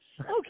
Okay